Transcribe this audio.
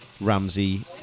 Ramsey